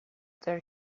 their